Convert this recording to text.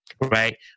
right